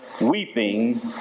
weeping